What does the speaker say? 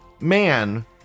man